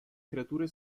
creature